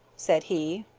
said he.